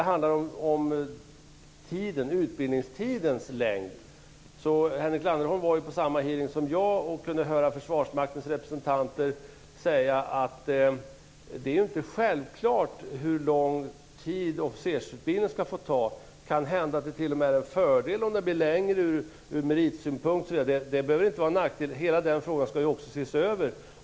Sedan till frågan om utbildningstidens längd. Henrik Landerholm var ju på samma hearing som jag och han kunde då höra Försvarsmaktens representanter säga att det inte är självklart hur lång tid officersutbildningen skall få ta. Kanhända är det t.o.m. en fördel från meritsynpunkt om den blir längre. Det behöver alltså inte vara en nackdel. Hela den frågan skall ses över.